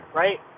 right